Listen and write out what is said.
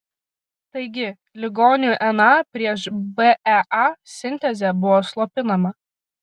taigi ligonių na prieš bea sintezė buvo slopinama